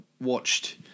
watched